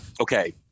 Okay